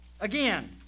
Again